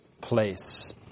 place